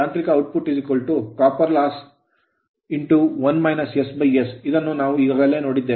ಈಗ ಯಾಂತ್ರಿಕ output rotor copper loss rotor ತಾಮ್ರದ ನಷ್ಟ s ಇದನ್ನು ನಾವು ಈಗಾಗಲೇ ನೋಡಿದ್ದೇವೆ